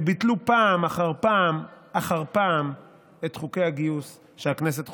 שביטלו פעם אחר פעם אחר פעם את חוקי הגיוס שהכנסת חוקקה?